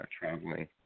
traveling